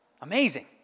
Amazing